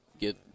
get